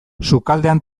sukaldean